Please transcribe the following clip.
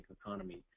economy